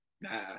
Nah